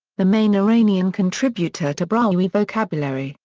the main iranian contributor to brahui vocabulary,